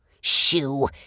Shoo